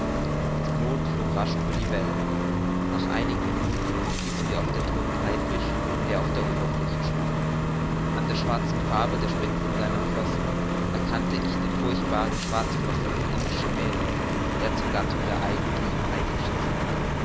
das boot flog rasch über die wellen nach einigen minuten stießen wir auf den todten haifisch der auf der oberfläche schwamm an der schwarzen farbe der spitzen seiner flossen erkannte ich den furchtbaren schwarzflosser des indischen meeres der zur gattung der eigentlichen haifische zählt